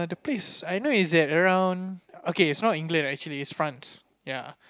please I know is at around okay is not England actually is France ya